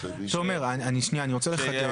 תומר, שנייה, אני רוצה לחדד.